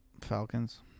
Falcons